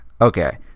Okay